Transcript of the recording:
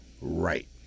right